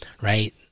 right